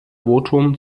votum